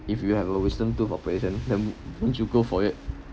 if you have a wisdom tooth operation then would you go for it